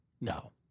No